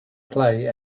play